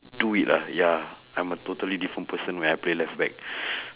do it lah ya I'm a totally different person when I play left back